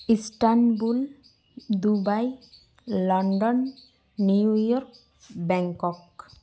Istanbul Dubai London New York Bangkok